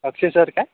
अक्षय sir काय